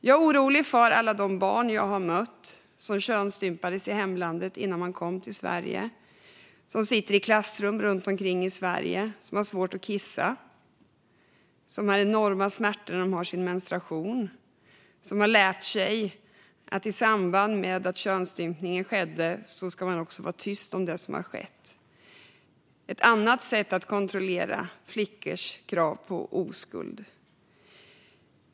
Jag oroar mig för alla de barn jag mött som könsstympades i hemlandet innan de kom till Sverige och som har svårt att kissa och enorma smärtor under menstruationen och som i samband med könsstympningen fick lära sig att hålla tyst om ingreppet. Det är ett annat sätt att kontrollera kravet på flickors oskuld.